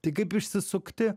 tai kaip išsisukti